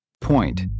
point